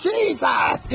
Jesus